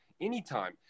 anytime